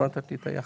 לא נתת לי את היחס.